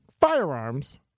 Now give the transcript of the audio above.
firearms